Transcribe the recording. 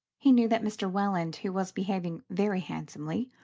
he knew that mr. welland, who was behaving very handsomely,